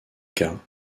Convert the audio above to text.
cas